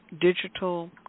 digital